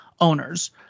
owners